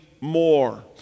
more